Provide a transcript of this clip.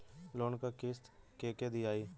Loan क किस्त के के दियाई?